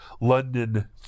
London